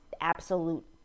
absolute